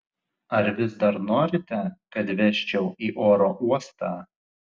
ar vis dar norite kad vežčiau į oro uostą